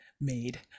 made